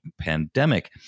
pandemic